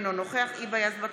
אינו נוכח היבה יזבק,